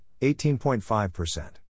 18.5%